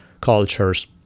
cultures